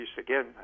again